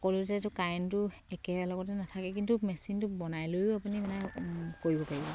সকলোতে কাৰেণ্টটো একে লগতে নাথাকে কিন্তু মেচিনটো বনাই লৈও আপুনি মানে কৰিব পাৰিব